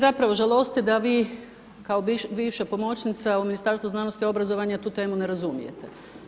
Mene zapravo žalosti da vi kao bivša pomoćnica u Ministarstvu znanosti i obrazovanja tu temu ne razumijete.